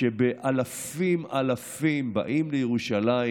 שבאלפים אלפים באים לירושלים,